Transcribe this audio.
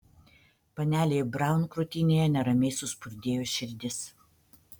panelei braun krūtinėje neramiai suspurdėjo širdis